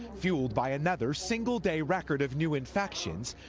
fueled by another single-day record of new infections,